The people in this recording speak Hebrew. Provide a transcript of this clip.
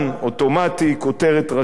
אוטומטית כותרת ראשית,